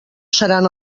seran